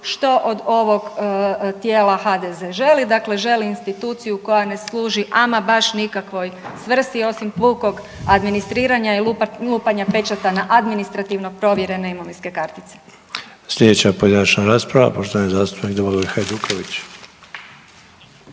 što od ovog tijela HDZ želi. Dakle želi instituciju koja ne služi ama baš nikakvoj svrsi osim punog administriranja i lupanja pečata na administrativno provjerene imovinske kartice. **Sanader, Ante (HDZ)** Sljedeća pojedinačna rasprava, poštovani zastupnik Domagoj Hajduković.